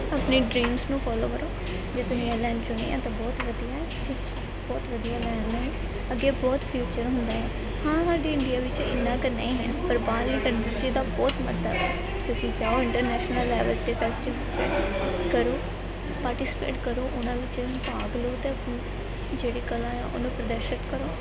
ਆਪਣੇ ਡਰੀਮਸ ਨੂੰ ਫੋਲੋ ਕਰੋ ਜੇ ਤੁਸੀਂ ਇਹ ਲੈਨ ਚੁਣੀ ਹੈ ਤਾਂ ਬਹੁਤ ਵਧੀਆ ਤੁਸੀਂ ਬਹੁਤ ਵਧੀਆ ਲੈਨ ਹੈ ਇਹ ਅੱਗੇ ਬਹੁਤ ਫਿਊਚਰ ਹੁੰਦਾ ਆ ਹਾਂ ਸਾਡੇ ਇੰਡੀਆ ਵਿੱਚ ਇੰਨਾ ਕੁ ਨਹੀਂ ਹੈ ਪਰ ਬਾਹਰਲੀ ਕੰਟਰੀ 'ਚ ਇਹਦਾ ਬਹੁਤ ਮਹੱਤਵ ਹੈ ਤੁਸੀਂ ਚਾਹੋ ਇੰਟਰਨੈਸ਼ਨਲ ਲੈਵਲ 'ਤੇ ਫੈਸਟੀਵ ਵਿੱਚ ਕਰੋ ਪਾਰਟੀਸਪੇਟ ਕਰੋ ਉਹਨਾਂ ਵਿੱਚ ਭਾਗ ਲਓ ਅਤੇ ਆਪਣੀ ਜਿਹੜੀ ਕਲਾ ਆ ਉਹਨੂੰ ਪ੍ਰਦਰਸ਼ਿਤ ਕਰੋ